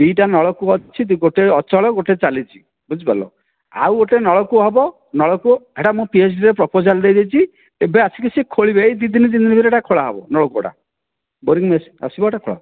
ଦୁଇଟା ନଳକୂଅ ଅଛି ଗୋଟେ ଅଚଳ ଗୋଟେ ଚାଲିଛି ବୁଝିପାରିଲ ଆଉ ଗୋଟେ ନଳକୂଅ ହେବ ନଳକୂଅ ସେଟା ମୁଁ ପିଏଚଡ଼ିରେ ପ୍ରପୋଜାଲ ଦେଇଦେଇଛି ଏବେ ଆସିକି ସେ ଖୋଳିବେ ଏହି ଦୁଇ ଦିନ ଦିନକରେ ଏଇଟା ଖୋଳାହେବ ନଳକୂଅଟା ବୋରିଙ୍ଗ ଆସିବାଟା କମ